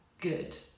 Good